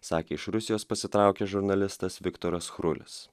sakė iš rusijos pasitraukęs žurnalistas viktoras chrulis